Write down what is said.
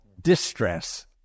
distress